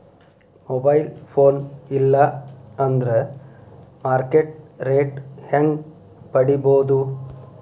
Mobile phone ಇಲ್ಲಾ ಅಂದ್ರ market rate ಹೆಂಗ್ ಪಡಿಬೋದು?